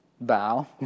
Bow